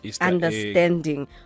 understanding